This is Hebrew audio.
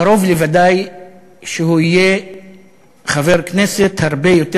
קרוב לוודאי שהוא יהיה חבר הכנסת הרבה יותר